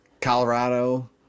Colorado